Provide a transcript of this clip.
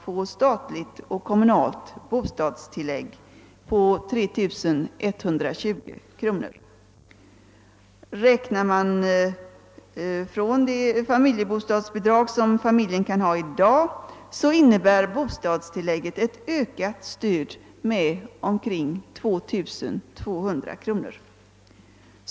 få statligt och kommunalt bostadstilllägg på 3 120 kronor. Räknar man från det familjebostadsbidrag, som familjen kan ha i dag, finner man att bostadstilllägget enligt regeringens förslag ger ett ökat stöd med omkring 2200 kronor.